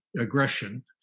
aggression